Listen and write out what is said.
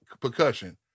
percussion